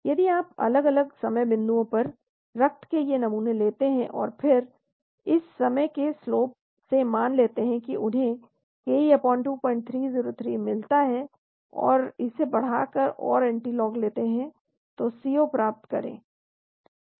यदि आप अलग अलग समय बिंदुओं पर रक्त से नमूने लेते हैं और फिर इस हिस्से के स्लोप से मान लेते हैं कि उन्हें यह ke2303 मिलता है और इसे बढ़ाकर और एंटीलॉग लेते हैं तो C0 प्राप्त करें